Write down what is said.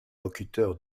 locuteur